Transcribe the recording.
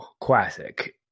classic